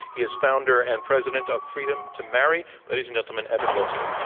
he is founder and president of freedom to marry. ladies and gentlemen, evan wolfson.